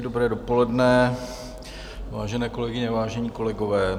Dobré dopoledne, vážené kolegyně, vážení kolegové.